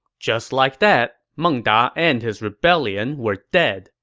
just like that, meng da and his rebellion were dead,